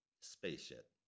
spaceship